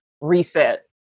reset